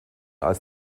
als